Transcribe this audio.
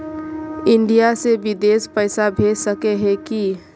India से बिदेश पैसा भेज सके है की?